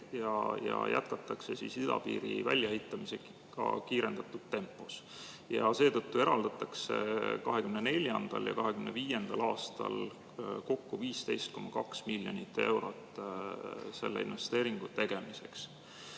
ja jätkatakse idapiiri väljaehitamisega kiirendatud tempos. Seetõttu eraldatakse 2024. ja 2025. aastal kokku 15,2 miljonit eurot selle investeeringu tegemiseks.